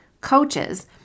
coaches